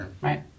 Right